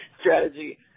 strategy